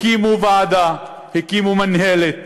הקימו ועדה, הקימו מינהלת,